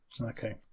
Okay